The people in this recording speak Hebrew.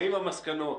האם המסקנות